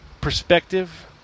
perspective